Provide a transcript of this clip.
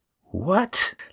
What